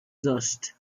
dust